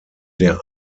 der